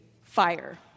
fire